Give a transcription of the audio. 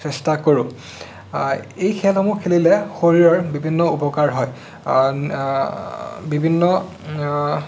চেষ্টা কৰোঁ এই খেলসমূহ খেলিলে শৰীৰৰ বিভিন্ন উপকাৰ হয় বিভিন্ন